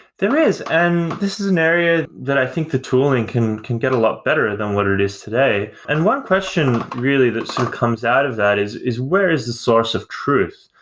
there is. and this is an area that i think the tooling can can get a lot better than what it is today. and one question really that comes out of that is is where is the source of truth?